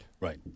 Right